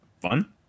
Fun